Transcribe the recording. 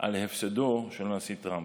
על הפסדו של הנשיא טראמפ.